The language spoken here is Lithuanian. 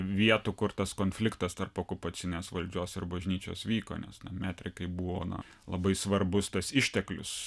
vietų kur tas konfliktas tarp okupacinės valdžios ir bažnyčios vyko nes metrikai buvo na labai svarbus tas išteklius